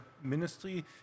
Ministry